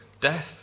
death